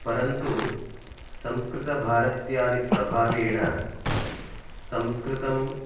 परन्तु संस्कृतभारत्यादिप्रभावेण संस्कृतम्